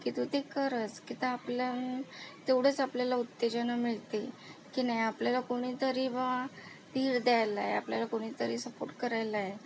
की तू ते करच की तर आपल्या तेवढंच आपल्याला उत्तेजना मिळते की नाही आपल्याला कुणीतरी बुवा धीर द्यायला आहे आपल्याला कुणीतरी आपल्याला सपोर्ट करायला आहे